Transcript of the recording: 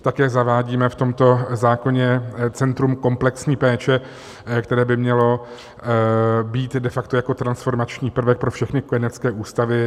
Také zavádíme v tomto zákoně centrum komplexní péče, které by mělo být de facto jako transformační prvek pro všechny kojenecké ústavy.